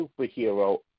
superhero